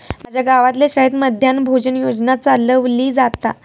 माज्या गावातल्या शाळेत मध्यान्न भोजन योजना चलवली जाता